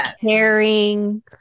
caring